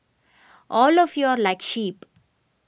all of you are like sheep